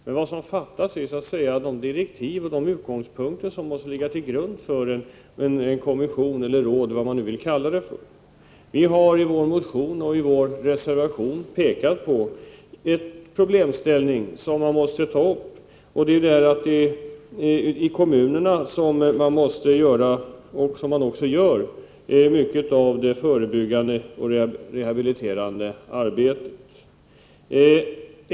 Men vad som fattas är de direktiv och utgångspunkter som måste ligga till grund för en kommission eller ett råd, eller vad man nu vill kalla det för. Vi har i vår motion och i reservationen pekat på att det är i kommunerna som man måste göra mycket av det förebyggande och rehabiliterande arbetet, vilket också sker i dag.